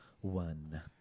one